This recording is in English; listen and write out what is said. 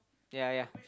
ya ya